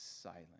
silent